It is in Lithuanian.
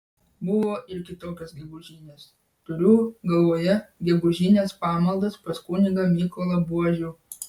buvo ir kitokios gegužinės turiu galvoje gegužines pamaldas pas kunigą mykolą buožių